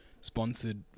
sponsored